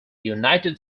united